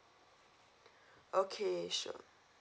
okay sure